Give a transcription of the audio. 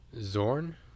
Zorn